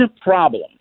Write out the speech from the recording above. problem